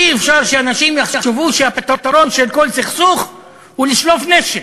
אי-אפשר שאנשים יחשבו שהפתרון של כל סכסוך הוא לשלוף נשק,